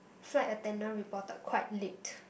flight attendant reported quite late